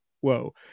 whoa